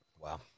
Wow